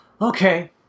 okay